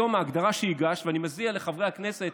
היום, ההגדרה שהגשת, ואני מציע לחברי הכנסת